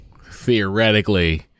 theoretically